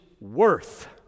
worth